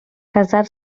casar